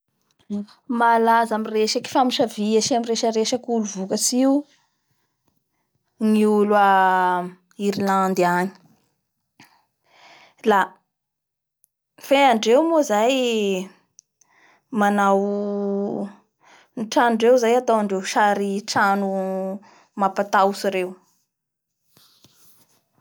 Biko mihintsy ny amindreo agny manao fiankanjo tsy maneho vata loatsy da afa miditsy amin'ny mosqué dea esory ny kapa.